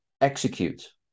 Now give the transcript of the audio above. execute